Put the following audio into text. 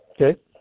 Okay